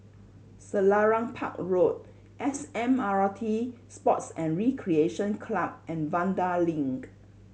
Selarang Park Road S M R T Sports and Recreation Club and Vanda Link